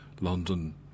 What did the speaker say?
London